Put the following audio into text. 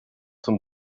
zum